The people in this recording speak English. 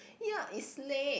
ya it's late